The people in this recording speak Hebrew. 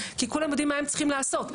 כי כולם יודעים מה הם צריכים לעשות.